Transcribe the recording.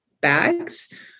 bags